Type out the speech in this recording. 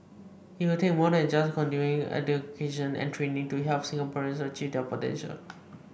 it will take more than just continuing education and training to help Singaporeans achieve their potential